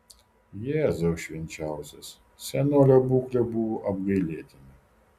jėzau švenčiausias senolio būklė buvo apgailėtina